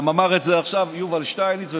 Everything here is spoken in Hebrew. וגם אמר את זה עכשיו יובל שטייניץ.